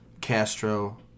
Castro